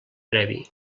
previ